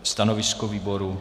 Stanovisko výboru?